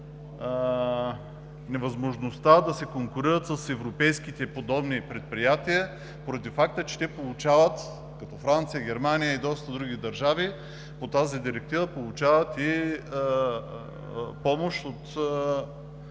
невъзможността да се конкурират с европейските подобни предприятия поради факта, че както Франция, Германия, и доста други държави по тази директива получават помощ от